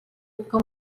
com